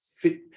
fit